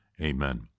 Amen